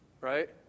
Right